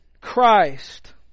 Christ